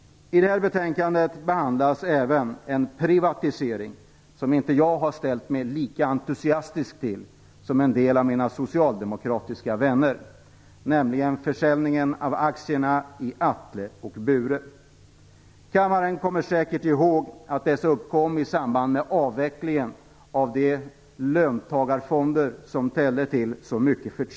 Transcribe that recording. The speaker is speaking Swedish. I det här betänkandet behandlas även en privatisering som inte jag har ställt mig lika entusiastisk till som en del av mina socialdemokratiska vänner, nämligen försäljningen av aktierna i Atle och Bure. Kammaren kommer säkert ihåg att dessa uppkom i samband med avvecklingen av de löntagarfonder som ställde till så mycket förtret.